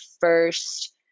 first